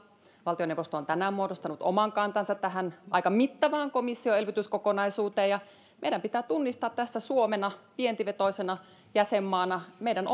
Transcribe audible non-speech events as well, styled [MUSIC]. valtioneuvosto on tänään muodostanut oman kantansa tähän aika mittavaan komission elvytyskokonaisuuteen ja meidän pitää tunnistaa tästä suomena vientivetoisena jäsenmaana myöskin meidän [UNINTELLIGIBLE]